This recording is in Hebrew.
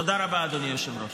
תודה רבה, אדוני היושב-ראש.